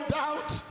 doubt